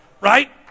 Right